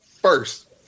first